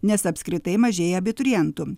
nes apskritai mažėja abiturientų